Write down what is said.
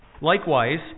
Likewise